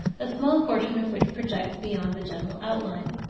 a small portion of which projects beyond the general outline.